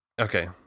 Okay